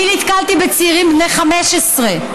אני נתקלתי בצעירים בני 15,